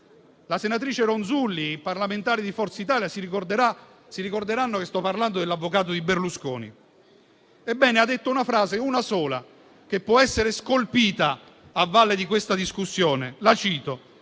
La senatrice Ronzulli e i parlamentari di Forza Italia ricorderanno che sto parlando dell'avvocato di Berlusconi. Ebbene il professor Coppi ha detto una frase, una sola, che può essere scolpita a valle di questa discussione. La cito: